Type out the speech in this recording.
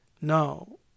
no